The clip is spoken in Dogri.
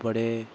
बड़े